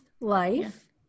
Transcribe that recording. life